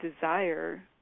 desire